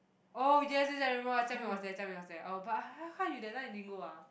oh yes yes yes I remember jia ming was there jia ming was there oh but ha~ how you that time you didn't go ah